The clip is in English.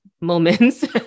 moments